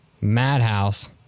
Madhouse